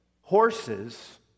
Horses